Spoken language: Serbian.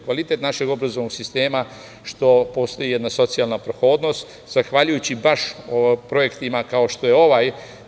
Kvalitet našeg obrazovnog sistema je što postoji jedna socijalna prohodnost zahvaljujući baš projektima kao što je ovaj.